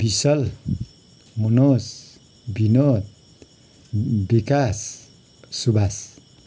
Vishal Manoj Vinod Vikas Suwas